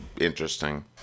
interesting